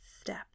step